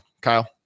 Kyle